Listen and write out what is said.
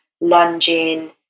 lunging